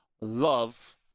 Love